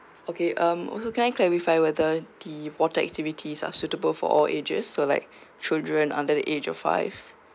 okay um also can I clarify whether the water activities are suitable for all ages so like children under the age of five